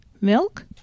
milk